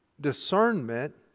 discernment